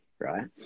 Right